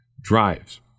drives